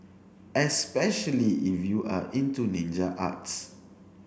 especially if you are into ninja arts